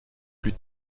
plus